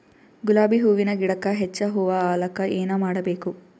ಗುಲಾಬಿ ಹೂವಿನ ಗಿಡಕ್ಕ ಹೆಚ್ಚ ಹೂವಾ ಆಲಕ ಏನ ಮಾಡಬೇಕು?